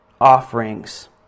offerings